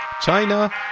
China